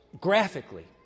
graphically